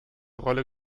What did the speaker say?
rolle